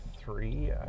three